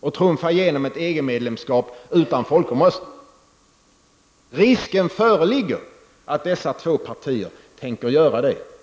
och trumfa igenom ett EG medlemskap utan folkomröstning, också har den avsikten.